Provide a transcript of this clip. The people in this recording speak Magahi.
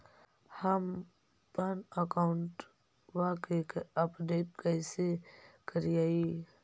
हमपन अकाउंट वा के अपडेट कैसै करिअई?